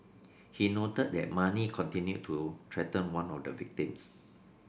he noted that Mani continued to threaten one of the victims